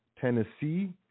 Tennessee